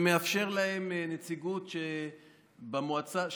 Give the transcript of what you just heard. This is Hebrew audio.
שמאפשר להם נציגות במועצה,